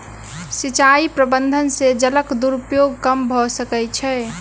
सिचाई प्रबंधन से जलक दुरूपयोग कम भअ सकै छै